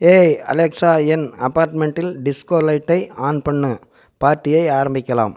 ஏய் அலெக்சா என் அப்பார்ட்மெண்ட்டில் டிஸ்கோ லைட்டை ஆன் பண்ணு பார்ட்டியை ஆரம்பிக்கலாம்